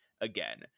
again